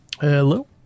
Hello